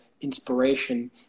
inspiration